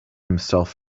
himself